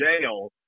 jail